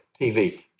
TV